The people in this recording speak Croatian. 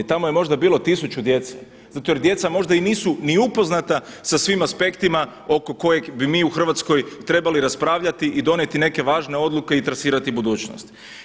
Tamo je možda bilo tisuću djece zato jer djeca možda nisu ni upoznata sa svim aspektima oko kojeg bi mi u Hrvatskoj trebali raspravljati i donijeti neke važne odluke i trasirati budućnost.